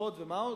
תרופות ומה עוד?